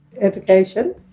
education